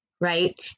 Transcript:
right